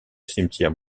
cimetière